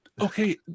Okay